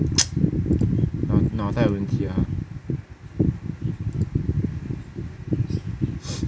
脑袋有问题 ah 他